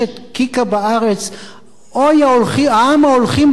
אוי, העם ההולכים בחושך ראו אור גדול.